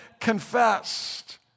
confessed